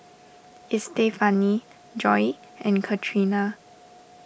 Estefany Joi and Catrina